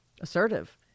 assertive